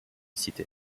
cité